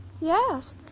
yes